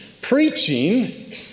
Preaching